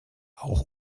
auch